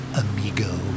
amigo